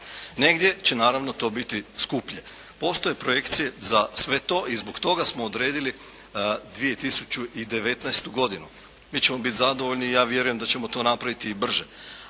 Negdje će naravno to biti skuplje. Postoje projekcije za sve to i zbog toga smo odredili 2019. godinu. Mi ćemo biti zadovoljni i ja vjerujem da ćemo to napraviti i brže.